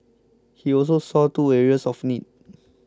he also saw two areas of need